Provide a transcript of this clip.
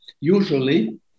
Usually